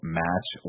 match